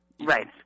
Right